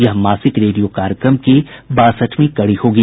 यह मासिक रेडियो कार्यक्रम की बासठवीं कड़ी होगी